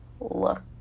look